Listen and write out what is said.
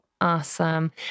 Awesome